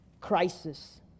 crisis